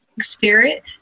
spirit-